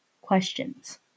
questions